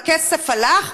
והכסף הלך,